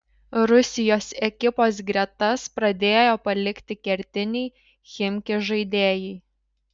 rusijos ekipos gretas pradėjo palikti kertiniai chimki žaidėjai